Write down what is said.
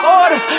order